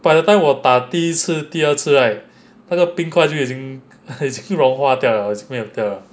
by the time 我打第一次第二次那个冰块就已经已经融化掉了就没有掉了